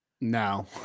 No